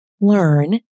learn